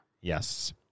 Yes